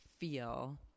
feel